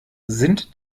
sind